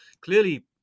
Clearly